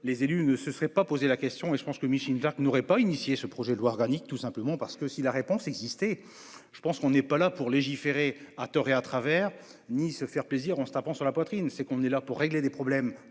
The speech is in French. les élus ne se serait pas posé la question et je pense que Micheline n'aurait pas initié ce projet de loi organique. Tout simplement parce que si la réponse exister. Je pense qu'on n'est pas là pour légiférer à tort et à travers ni se faire plaisir, on se tapant sur la poitrine, c'est qu'on est là pour régler des problèmes